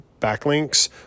backlinks